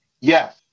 yes